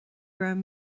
raibh